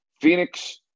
Phoenix